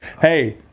Hey